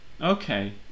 Okay